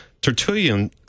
Tertullian